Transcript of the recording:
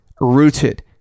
rooted